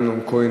אמנון כהן,